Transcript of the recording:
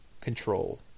control